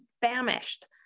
famished